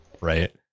Right